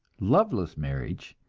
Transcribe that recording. loveless marriage,